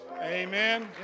Amen